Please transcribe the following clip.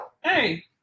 hey